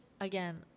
again